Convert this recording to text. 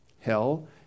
Hell